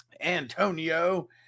Antonio